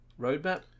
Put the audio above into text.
roadmap